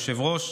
היושב-ראש,